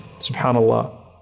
subhanallah